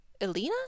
Elena